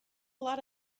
lot